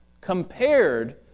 compared